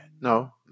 no